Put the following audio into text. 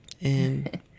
And-